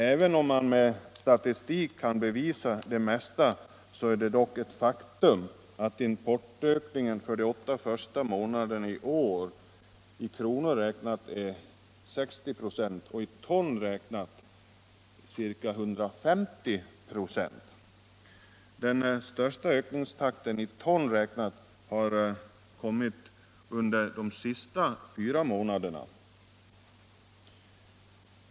Även om man med statistik kan bevisa det mesta, så är det dock ett faktum att importökningen för de åtta första månaderna i år i kronor räknat är ca 60 926 och i ton räknat ca 150 26. En snabb ökningstakt i ton räknat har kommit under de senaste fyra månaderna.